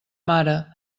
mare